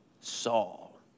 Saul